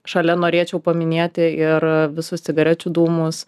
šalia norėčiau paminėti ir visus cigarečių dūmus